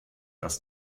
dass